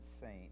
saint